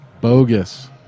Bogus